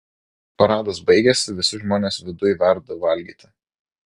paradas baigėsi visi žmonės viduj verda valgyti